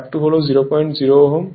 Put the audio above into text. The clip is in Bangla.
R2 হল 00 Ω X2 হল 005 Ω